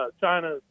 China